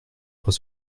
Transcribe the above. trois